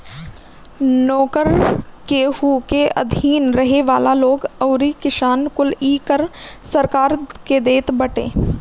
नोकर, केहू के अधीन रहे वाला लोग अउरी किसान कुल इ कर सरकार के देत बाटे